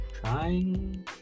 trying